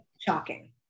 shocking